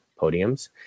podiums